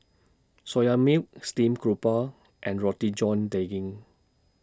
Soya Milk Steamed Garoupa and Roti John Daging